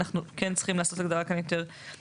אנחנו כן צריכים לעשות פה הגדרה יותר מדויקת.